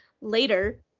later